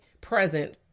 present